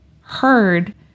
heard